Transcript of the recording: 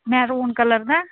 maroon colour the